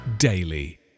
Daily